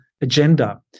agenda